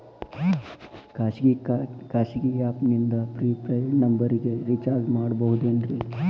ಖಾಸಗಿ ಆ್ಯಪ್ ನಿಂದ prepaid ನಂಬರಿಗ ರೇಚಾರ್ಜ್ ಮಾಡಬಹುದೇನ್ರಿ?